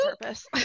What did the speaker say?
purpose